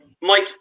Mike